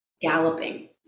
galloping